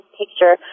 picture